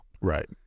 Right